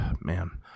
man